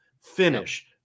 Finish